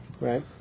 Right